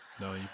No